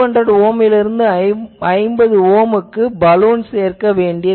எனவே 200 ஓம் லிருந்து 50 ஓம் க்கு பலூன் சேர்க்க வேண்டும்